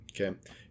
Okay